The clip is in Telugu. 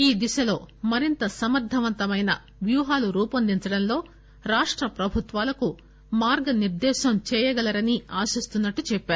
ఈ దిశలో మరింత సమర్దవంతమైన వ్యూహాలు రూపొందించడంలో రాష్టప్రభుత్వాలకు మార్గనిర్దేశం చేయగలరని ఆశిస్తున్నట్లు చెప్పారు